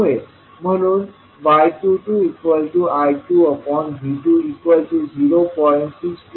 म्हणून y22I2V20